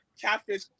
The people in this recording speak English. catfish